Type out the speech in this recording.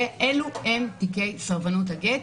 אלו הם תיקי סרבנות הגט.